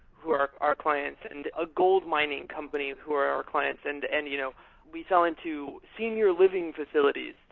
who are our clients, and a gold mining company, who are our clients, and and you know we sell into senior living facilities.